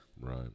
right